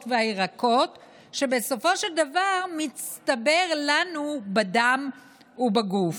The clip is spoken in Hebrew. והירקות שבסופו של דבר מצטבר לנו בדם ובגוף.